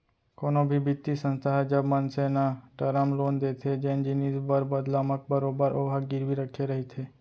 कोनो भी बित्तीय संस्था ह जब मनसे न टरम लोन देथे जेन जिनिस बर बदला म बरोबर ओहा गिरवी रखे रहिथे